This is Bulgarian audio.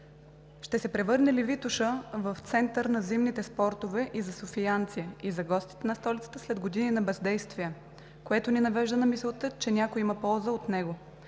Ще се превърне ли Витоша в център на зимните спортове и за софиянци, и за гостите на столицата след години на бездействие, което ни навежда на мисълта, че някой има полза от него?